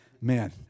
Man